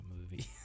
movie